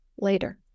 later